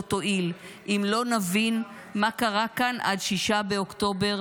תועיל אם לא נבין מה קרה כאן עד 6 באוקטובר,